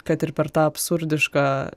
kad ir per tą absurdišką